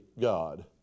God